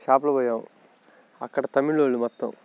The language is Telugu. షాపులోకి పోయాం అక్కడ తమిళోళ్ళు మొత్తం